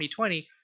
2020